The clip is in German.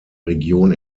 region